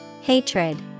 hatred